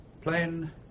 Plain